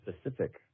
specific